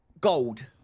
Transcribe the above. gold